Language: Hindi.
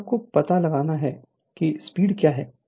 अगर आपको पता लगाना है कि स्पीड क्या है